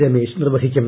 രമേശ് നിർവ്വഹിക്കും